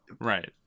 Right